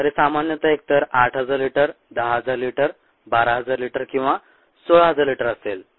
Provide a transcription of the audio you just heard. तर हे सामान्यतः एकतर 8000 लिटर 10000 लिटर 12000 लिटर किंवा 16000 लिटर असेल